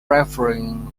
preferring